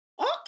Okay